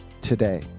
today